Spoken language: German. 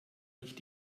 nicht